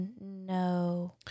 no